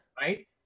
Right